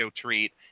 treat